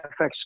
FX